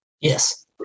Yes